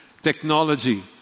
Technology